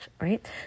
right